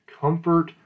Comfort